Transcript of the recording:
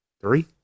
Three